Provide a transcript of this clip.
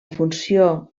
funció